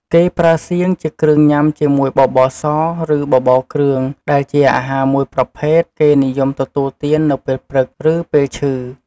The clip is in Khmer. គេប្រើសៀង ជាគ្រឿងញុំាជាមួយបបរ ស ឬ បបរគ្រឿង ដែលជាអាហារមួយប្រភេទ គេនិយមទទួលទាននៅពេលព្រឺក ឬ ពេលឈឹ។